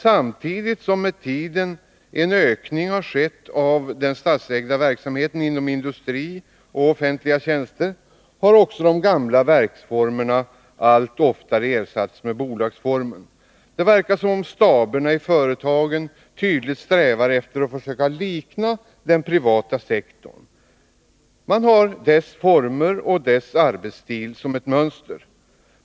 Samtidigt som med tiden en ökning skett av den statsägda verksamheten inom industrin och offentliga tjänster har också de gamla verksformerna allt oftare ersatts med bolagsformen. Staberna i företagen strävar tydligt efter att försöka likna den privata sektorn. Man har dess former och arbetsstil som mönster.